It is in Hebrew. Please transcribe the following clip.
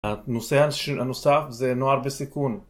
הנושא הנוסף זה נוער בסיכון